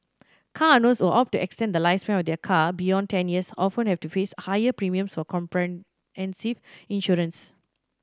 car owners who opt to extend the lifespan of their car beyond ten years often have to face higher premiums for comprehensive insurance